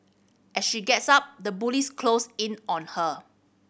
as she gets up the bullies close in on her